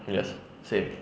yes same